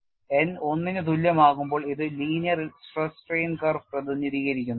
n 1 ന് തുല്യമാകുമ്പോൾ ഇത് ലീനിയർ സ്ട്രെസ് സ്ട്രെയിൻ കർവ് പ്രതിനിധീകരിക്കുന്നു